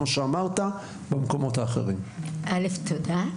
א'- תודה.